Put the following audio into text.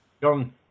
John